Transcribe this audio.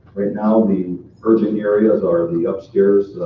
right now the urgent areas are the upstairs,